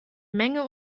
menge